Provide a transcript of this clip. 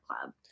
club